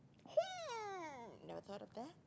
never thought of that